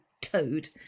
toad